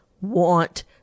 want